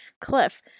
cliff